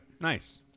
Nice